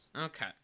Okay